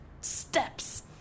steps